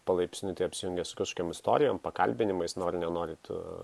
palaipsniui tai apsijungė su kažkokiom istorijom pakalbinimais nori nenori tu